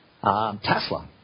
Tesla